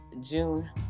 june